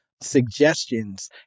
suggestions